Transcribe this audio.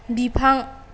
बिफां